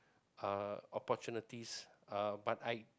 uh opportunities uh but I